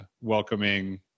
welcoming